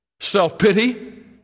self-pity